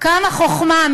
כמה חוכמה,